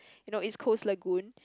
you know East-Coast-Lagoon